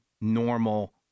normal